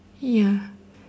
ya